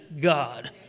God